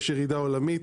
יש ירידה עולמית.